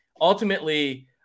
ultimately